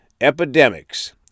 epidemics